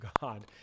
God